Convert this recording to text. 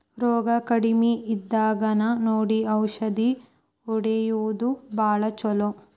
ರೋಗಾ ಕಡಮಿ ಇದ್ದಾಗನ ನೋಡಿ ಔಷದ ಹೊಡಿಯುದು ಭಾಳ ಚುಲೊ